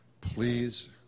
please